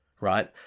right